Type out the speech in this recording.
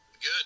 Good